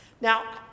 Now